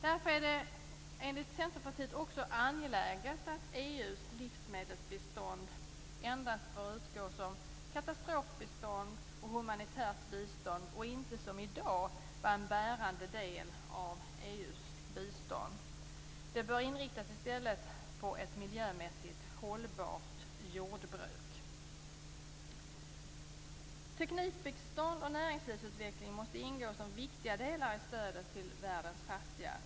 Därför är det enligt Centerpartiet också angeläget att EU:s livsmedelsbistånd endast bör utgå som katastrofbistånd och humanitärt bistånd och inte, som i dag, vara en bärande del av EU:s bistånd. Det bör i stället inriktas på ett miljömässigt hållbart jordbruk. Teknikbistånd och näringslivsutveckling måste ingå som viktiga delar i stödet till världens fattiga.